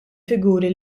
figuri